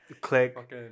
click